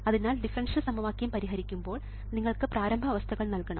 അതിനാൽ ഡിഫറൻഷ്യൽ സമവാക്യം പരിഹരിക്കുമ്പോൾ നിങ്ങൾക്ക് പ്രാരംഭ അവസ്ഥകൾ നൽകണം